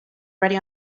ready